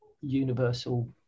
universal